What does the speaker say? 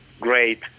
great